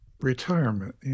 retirement